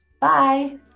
Bye